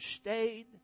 stayed